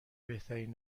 بهترین